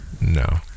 No